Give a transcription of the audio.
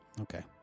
okay